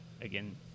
again